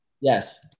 Yes